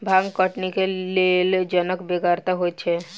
भांग कटनीक लेल जनक बेगरता होइते छै